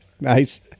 Nice